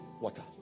water